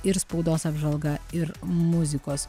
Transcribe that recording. ir spaudos apžvalga ir muzikos